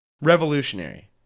Revolutionary